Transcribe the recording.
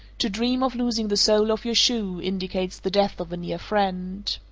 to dream of losing the sole of your shoe indicates the death of a near friend.